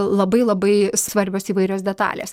labai labai svarbios įvairios detalės